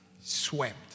swept